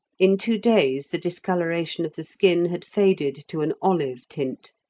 in two days the discoloration of the skin had faded to an olive tint,